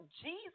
Jesus